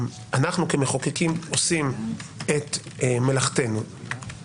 ואם תציע אני גם אתייחס ויתייחסו גם המומחים לדוגמאות שהוצעו,